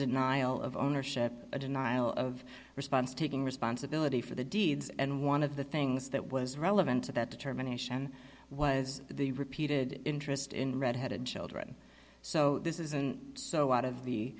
denial of ownership a denial of response taking responsibility for the deeds and one of the things that was relevant to that determination was the repeated interest in red headed children so this isn't so out of the